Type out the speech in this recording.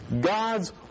God's